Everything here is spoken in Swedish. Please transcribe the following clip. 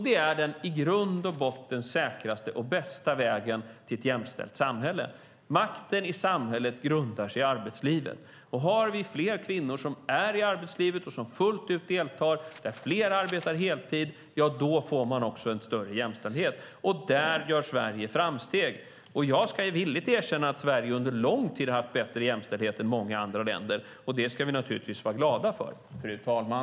Det är den i grund och botten säkraste och bästa vägen till ett jämställt samhälle. Makten i samhället grundar sig i arbetslivet, och har vi fler kvinnor som är i arbetslivet och fullt ut deltar - om fler arbetar heltid - får vi också en större jämställdhet. Där gör Sverige framsteg. Jag ska villigt erkänna att Sverige under lång tid har haft bättre jämställdhet än många andra länder. Det ska vi naturligtvis vara glada för, fru talman.